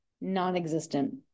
non-existent